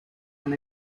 and